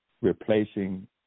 replacing